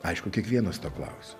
aišku kiekvienas to klausia